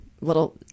little